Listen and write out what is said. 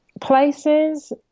places